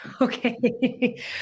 Okay